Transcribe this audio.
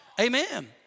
Amen